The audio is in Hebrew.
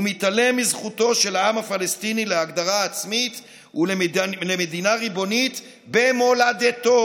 ומתעלם מזכותו של העם הפלסטיני להגדרה עצמית ולמדינה ריבונית במולדתו.